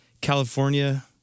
California